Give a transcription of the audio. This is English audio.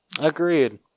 Agreed